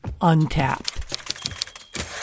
untapped